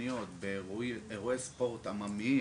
בתוכניות ובאירועי ספורט עממיים,